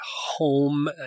home